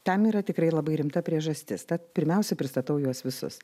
tam yra tikrai labai rimta priežastis tad pirmiausia pristatau juos visus